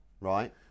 Right